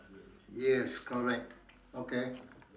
yes correct okay